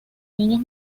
niños